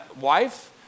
wife